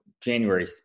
January